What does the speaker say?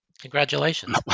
Congratulations